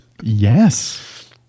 yes